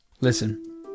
Listen